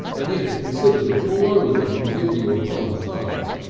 and yet consider the blow they can give you upon the heart.